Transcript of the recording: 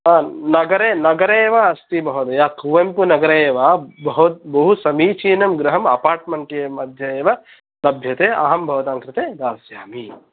आं नगरे नगरे एव अस्ति महोदय कुवेम्पुनगरे एव बहु समीचीनं गृहम् अपार्ट्मेन्ट् मध्ये एव लभ्यते अहं भवतां कृते दास्यामि